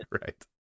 Right